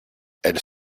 elles